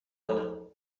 کنم